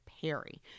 Perry